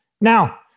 Now